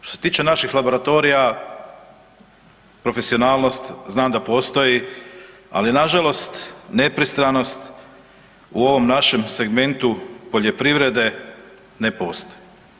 Što se tiče naših laboratorija, profesionalnost znam da postoji, ali nažalost nepristranost, u ovom našem segmentu poljoprivrede ne postoji.